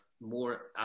more